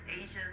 Asia